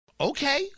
Okay